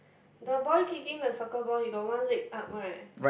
the boy kicking the soccer ball he got one leg up right